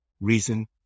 reason